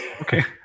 Okay